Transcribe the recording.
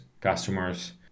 customers